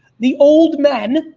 the old men,